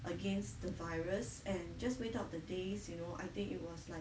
against the virus and just wait out the days you know I think it was like